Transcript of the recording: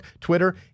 Twitter